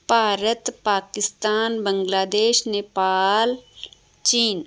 ਭਾਰਤ ਪਾਕਿਸਤਾਨ ਬੰਗਲਾਦੇਸ਼ ਨੇਪਾਲ ਚੀਨ